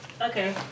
Okay